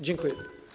Dziękuję.